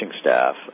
staff